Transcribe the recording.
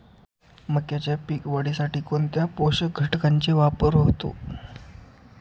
मक्याच्या पीक वाढीसाठी कोणत्या पोषक घटकांचे वापर होतो?